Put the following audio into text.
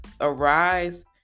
arise